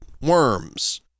worms